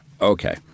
Okay